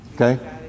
Okay